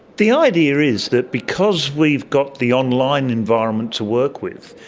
the idea is that because we've got the online environment to work with,